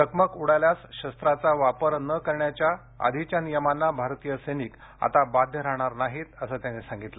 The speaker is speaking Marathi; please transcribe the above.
चकमक उडाल्यास शस्त्राचा वापर न करण्याच्या आधीच्या नियमांना भारतीय सैनिक आता बाध्य राहणार नाहीत असं त्यांनी सांगितलं